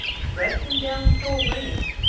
stretching down full length,